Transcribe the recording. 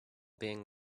being